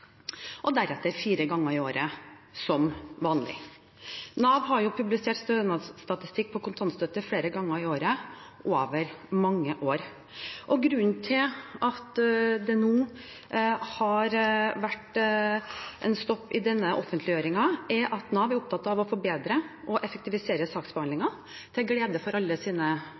og deretter fire ganger i året som vanlig. Nav har jo publisert kontantstøttestatistikk flere ganger i året over mange år. Grunnen til at det nå har vært en stopp i denne offentliggjøringen, er at Nav er opptatt av å forbedre og effektivisere saksbehandlingen – til glede for alle